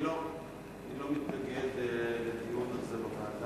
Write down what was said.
אני לא מתנגד לדיון על זה בוועדה.